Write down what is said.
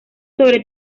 sobre